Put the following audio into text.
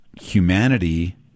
humanity